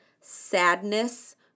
sadness